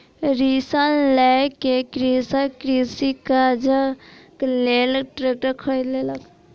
ऋण लय के कृषक कृषि काजक लेल ट्रेक्टर खरीद लेलक